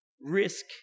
risk